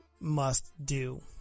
Must-do